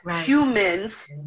humans